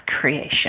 creation